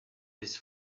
his